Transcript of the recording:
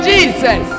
Jesus